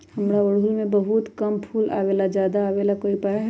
हमारा ओरहुल में बहुत कम फूल आवेला ज्यादा वाले के कोइ उपाय हैं?